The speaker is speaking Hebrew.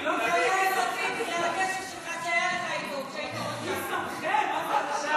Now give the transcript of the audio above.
אני לא מבין מי שמכם בכלל.